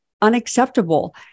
unacceptable